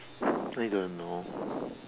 I don't know